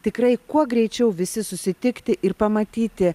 tikrai kuo greičiau visi susitikti ir pamatyti